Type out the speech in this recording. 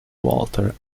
walter